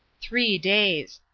three days.